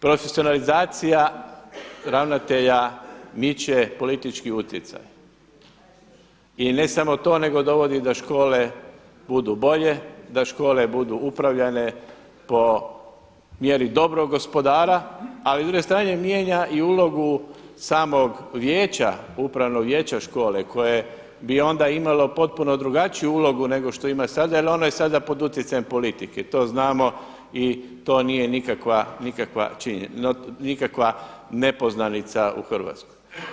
Profesionalizacija ravnatelja miče politički utjecaj i ne samo to nego dovodi da škole budu bolje, da škole budu upravljane po mjeri dobrog gospodara, ali s druge strane mijenja i ulogu samog Upravnog vijeća škole koje bi onda imalo potpuno drugačiju ulogu nego što ima sada jel ono je sada pod utjecajem politike, to znamo i to nije nikakva nepoznanica u Hrvatskoj.